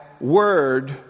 word